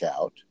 out